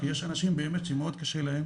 כי יש אנשים שקשה להם